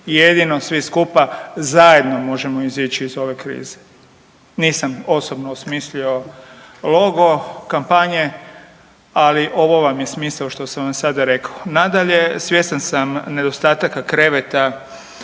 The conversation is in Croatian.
Jedino svi skupa zajedno možemo izići iz ove krize. Nisam osobno osmislio logo kampanje, ali ovo vam je smisao što sam vam sada rekao. Nadalje, svjestan sam nedostataka kreveta